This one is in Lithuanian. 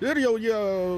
ir jau jie